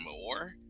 more